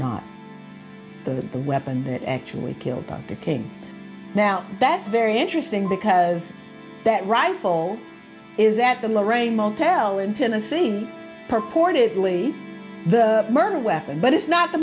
not the weapon that actually killed dr king now that's very interesting because that rifle is that the lorraine motel in tennessee purportedly the murder weapon but it's not the